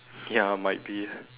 ya might be